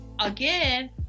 again